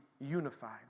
unified